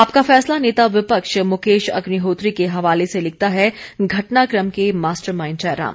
आपका फैसला नेता विपक्ष मुकेश अग्निहोत्री के हवाले से लिखता है घटनाकम के मास्टमाइंड जयराम